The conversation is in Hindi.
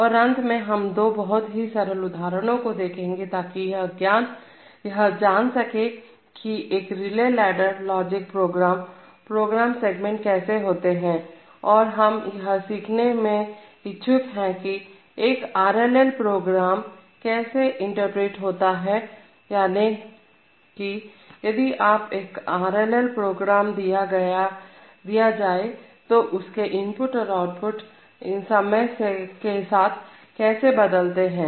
और अंत में हम दो बहुत ही सरल उदाहरणों को देखेंगे ताकि यह जान सके कि एक relay ladder logic program program segment कैसे होते हैं और हम यह सीखने में इच्छुक हैं कि एक आर एल एल प्रोग्राम कैसे इंटरप्रेट होता है याने की यदि आपको आर एल एल प्रोग्राम दिया जाए तो उसके इनपुट और आउटपुट समय के साथ कैसे बदलते हैं